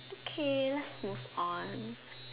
okay let's move on